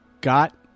got